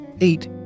Eight